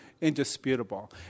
indisputable